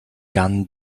gun